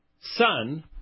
Son